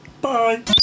Bye